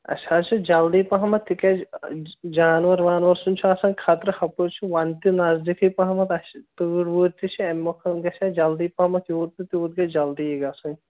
اَسہِ حظ چھِ جلدی پَہمَتھ تِکیٛازِ جانوَر وانوَر سُنٛد چھُ آسان خطرٕ ہُپٲرۍ چھُ وَنٛدٕ تہِ نٔزدیٖکٕے پَہم اَسہِ تۭر وٲرۍ تہِ چھِ اَمہِ مۄکھٕ گَژھِ ہَے جلدی پَہم یوٗت بہٕ تیٛوٗت گَژھِ جلدی گژھٕنۍ